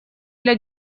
для